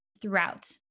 throughout